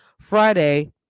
friday